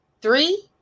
three